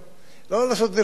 לא לעשות ערבוביה.